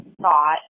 thought